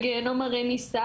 בגיהינום הרמיסה,